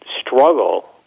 struggle